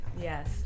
Yes